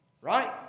right